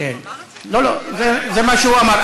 כן, לא לא, זה מה שהוא אמר.